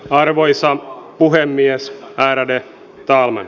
arvoisa puhemies ärade talman